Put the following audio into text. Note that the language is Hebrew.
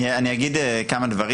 אני אגיד כמה דברים.